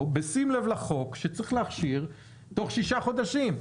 בשים לב לחוק שצריך להכשיר תוך שישה חודשים.